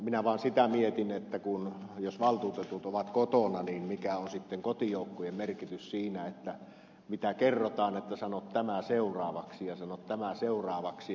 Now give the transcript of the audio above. minä vaan sitä mietin että jos valtuutetut ovat kotona mikä on sitten kotijoukkojen merkitys siinä mitä kerrotaan että sano tämä seuraavaksi ja sano tämä seuraavaksi